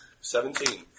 Seventeen